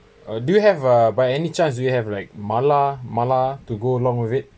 uh do you have uh by any chance you have like mala mala to go along with it